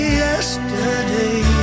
yesterday